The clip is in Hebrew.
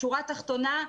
בשורה התחתונה,